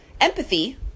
Empathy